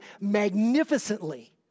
magnificently